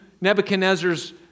Nebuchadnezzar's